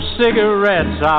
cigarettes